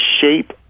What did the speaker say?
shape